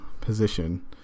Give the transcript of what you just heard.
position